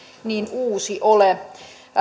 niin uusi ole